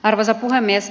arvoisa puhemies